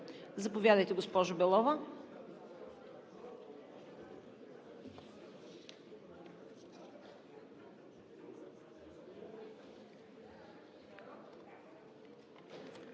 Заповядайте, госпожо Белова.